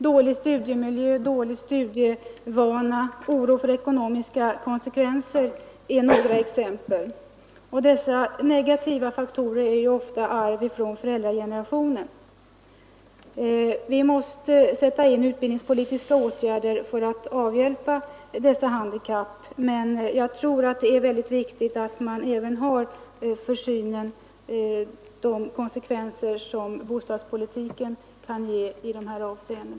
Dålig studiemiljö, dålig studievana, oro för ekonomiska konsekvenser är några exempel. Dessa negativa faktorer är ofta arv från föräldragenerationen. Vi måste sätta in utbildningspolitiska åtgärder för att avhjälpa dessa handikapp, men jag tror att det är mycket viktigt att man även har för ögonen de konsekvenser som bostadspolitiken kan ge i dessa avseenden.